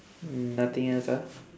mm nothing else ah